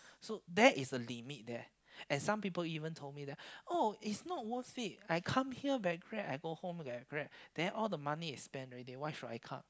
so that is the limit there and some people even told me that oh is not worth it I come here get Grab I go home get Grab then all the money is spent already so why should I come